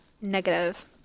Negative